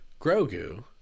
Grogu